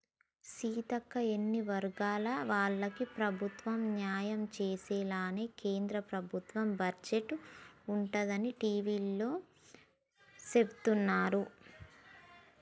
సీతక్క అన్ని వర్గాల వాళ్లకి ప్రభుత్వం న్యాయం చేసేలాగానే కేంద్ర ప్రభుత్వ బడ్జెట్ ఉందని టివీలో సెబుతున్నారు